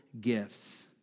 gifts